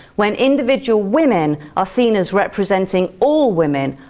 when individual women are seen as representing all women,